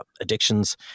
addictions